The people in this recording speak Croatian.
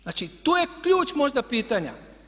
Znači, tu je ključ možda pitanja.